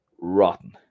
rotten